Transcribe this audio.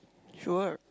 sure